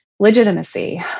legitimacy